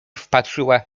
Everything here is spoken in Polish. wpatrzyła